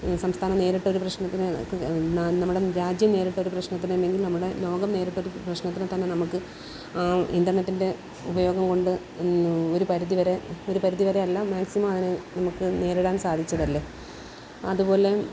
സംസ്ഥാനം നേരിട്ട ഒരു പ്രശ്നത്തിന് നമ്മുടെ രാജ്യം നേരിട്ട ഒരു പ്രശ്നത്തിന് അല്ലെങ്കിൽ നമ്മുടെ ലോകം നേരിട്ട ഒരു പ്രശ്നത്തിന് തന്നെ നമുക്ക് ഇൻ്റർനെറ്റിൻ്റെ ഉപയോഗം കൊണ്ട് ഒരു പരിധി വരെ ഒരു പരിധി വരെ അല്ല മാക്സിമം അതിനെ നമുക്ക് നേരിടാൻ സാതിച്ചതല്ലേ അതുപോലെ